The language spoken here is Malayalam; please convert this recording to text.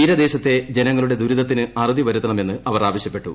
തീരദേശത്തെ ജനങ്ങളുടെ ദൂരിതത്തിന് അറുതി അവരുത്തണമെന്ന് അവർ ആവശ്യപ്പെട്ടു